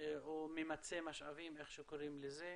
או ממצה משאבים, איך שקוראים לזה.